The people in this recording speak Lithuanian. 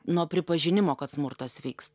nuo pripažinimo kad smurtas vyks